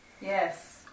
Yes